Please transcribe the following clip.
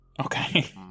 okay